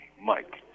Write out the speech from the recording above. Mike